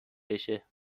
بشه